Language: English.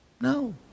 no